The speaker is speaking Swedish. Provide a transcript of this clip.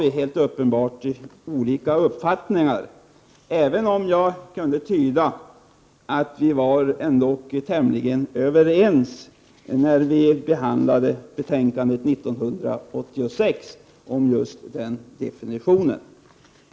Vi har uppenbarligen olika uppfattningar, även om jag kunde tyda det som att vi var tämligen överens när vi 1986 behandlade betänkandet om just den definitionen. Fru talman!